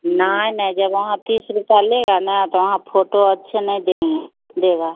नहीं नहीं जब वहाँ तीस रुपये लेगा ना तो वहाँ फोटो अच्छे नहीं देंगे देगा